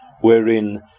wherein